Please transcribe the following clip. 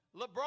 LeBron